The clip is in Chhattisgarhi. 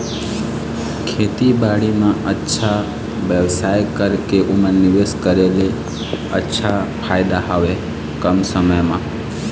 मोर बर कम समय के कोई निवेश हावे का?